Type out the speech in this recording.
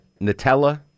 Nutella